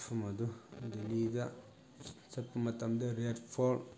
ꯃꯐꯝ ꯑꯗꯨ ꯗꯤꯜꯂꯤꯗ ꯆꯠꯄ ꯃꯇꯝꯗ ꯔꯦꯠ ꯐꯣꯔꯠ